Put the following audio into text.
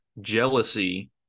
jealousy